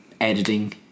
editing